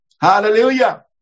Hallelujah